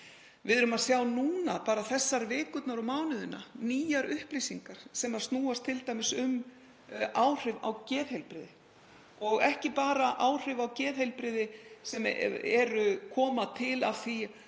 Við erum að sjá núna bara þessar vikurnar og mánuðina nýjar upplýsingar sem snúast t.d. um áhrif á geðheilbrigði og ekki bara áhrif á geðheilbrigði sem koma til af því